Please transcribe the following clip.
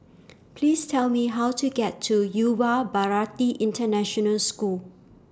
Please Tell Me How to get to Yuva Bharati International School